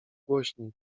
głośniej